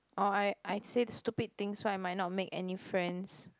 or I I say stupid things so I might not make any friends